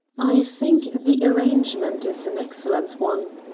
i think the arrangement is an excellent one.